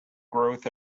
growth